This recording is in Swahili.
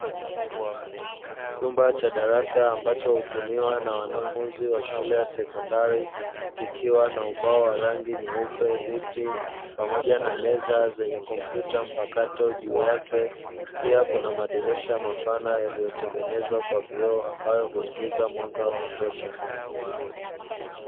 Chumba cha darasa ambacho hutumiwa na wanafunzi wa shule ya sekondari, kikiwa na ubao wa rangi nyeupe viti pamoja na meza zenye kompyuta mpakato juu yake, pia kuna madirisha mapana yaliyotengenezwa kwa vyoo ambayo huingiza mwanga wa kutosha.